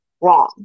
wrong